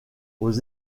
aux